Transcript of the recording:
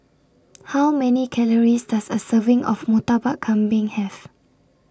How Many Calories Does A Serving of Murtabak Kambing Have